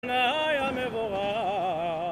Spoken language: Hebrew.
נאי המבורך